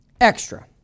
extra